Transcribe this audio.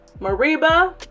mariba